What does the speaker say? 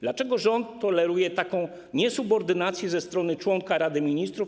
Dlaczego rząd toleruje taką niesubordynację ze strony członka Rady Ministrów?